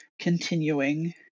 continuing